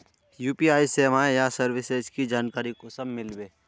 UPI सेवाएँ या services की जानकारी कुंसम मिलबे?